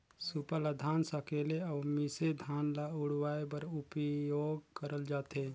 सूपा ल धान सकेले अउ मिसे धान ल उड़वाए बर उपियोग करल जाथे